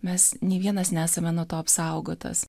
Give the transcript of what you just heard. mes nė vienas nesame nuo to apsaugotas